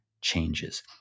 Changes